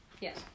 Yes